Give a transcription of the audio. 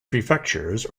prefectures